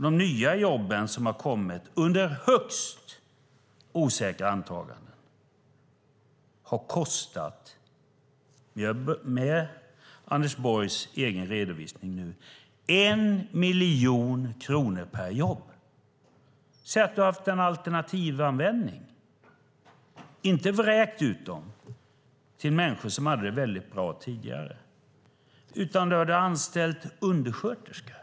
De nya jobben, som kommit under högst osäkra antaganden, har kostat - enligt Anders Borgs egen redovisning nu - 1 miljon kronor per jobb. Säg att du, Anders Borg, hade haft en alternativ användning och inte vräkt ut pengarna till människor som redan tidigare hade det väldigt bra utan i stället hade anställt undersköterskor.